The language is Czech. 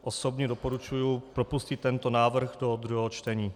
Osobně doporučuji propustit tento návrh do druhého čtení.